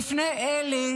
בפני אלה